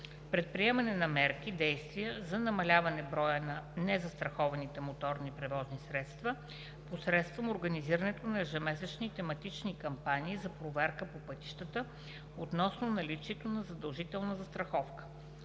Предприемане на мерки/действия за намаляване броя на незастрахованите моторни превозни средства посредством организирането на ежемесечни тематични кампании за проверка по пътищата относно наличието на задължителната застраховка.